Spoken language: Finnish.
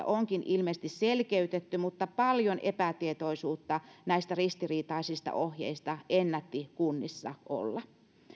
onkin ilmeisesti selkeytetty ohjeistusta ministeriössä mutta paljon epätietoisuutta näistä ristiriitaisista ohjeista ennätti kunnissa olla